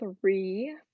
three